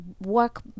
work